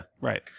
Right